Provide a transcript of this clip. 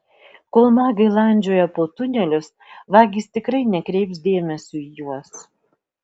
kol magai landžioja po tunelius vagys tikrai nekreips dėmesio į juos